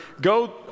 go